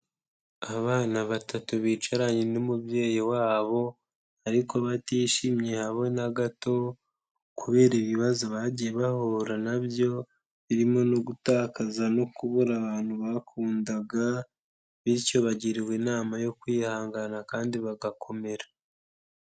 Abana batatu bicaranye n'umubyeyi wabo, ariko batishimye habe na gato kubera ibibazo bagiye bahura nabyo, birimo no gutakaza no kubura abantu bakundaga, bityo bagirwariwe inama yo kwihangana kandi bagakomera.